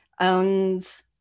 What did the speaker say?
owns